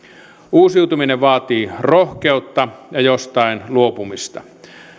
uusiutuminen vaatii rohkeutta ja jostain luopumista